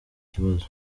kibazo